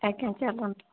ଆଜ୍ଞା ଆଜ୍ଞା କୁହନ୍ତୁ